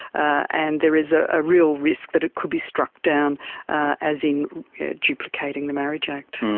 and there is a ah real risk that it could be struck down as in duplicating the marriage act.